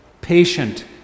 patient